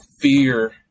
fear